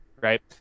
right